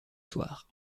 soir